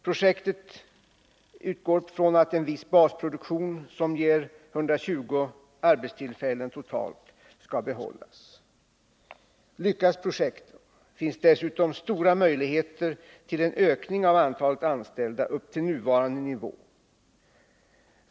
Projektet utgår från att en viss basproduktion, som ger 120 arbetstillfällen totalt, skall behållas. Lyckas projektet finns det dessutom stora möjligheter till en ökning av antalet anställda upp till nuvarande nivå.